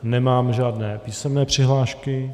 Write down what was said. Nemám žádné písemné přihlášky.